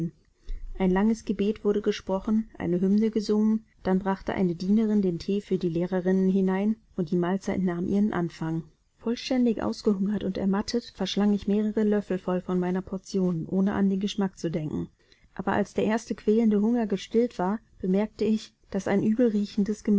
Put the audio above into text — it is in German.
ein langes gebet wurde gesprochen eine hymne gesungen dann brachte eine dienerin den thee für die lehrerinnen herein und die mahlzeit nahm ihren anfang vollständig ausgehungert und ermattet verschlang ich mehrere löffel voll von meiner portion ohne an den geschmack zu denken als aber der erste quälende hunger gestillt war bemerkte ich daß ein